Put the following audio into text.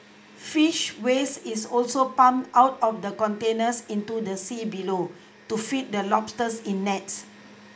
fish waste is also pumped out of the containers into the sea below to feed the lobsters in nets